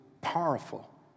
powerful